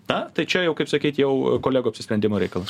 na tai čia jau kaip sakyt jau kolegų apsisprendimo reikalas